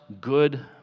good